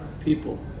people